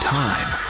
time